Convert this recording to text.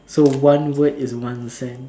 so one word is one cent